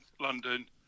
London